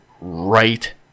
right